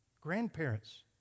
Grandparents